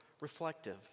reflective